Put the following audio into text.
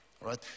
Right